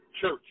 church